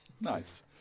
Nice